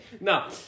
No